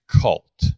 cult